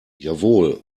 jawohl